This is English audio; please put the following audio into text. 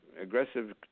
Aggressive